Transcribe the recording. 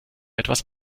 etwas